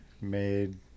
made